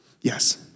Yes